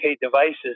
devices